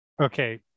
Okay